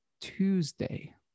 Tuesday